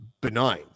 benign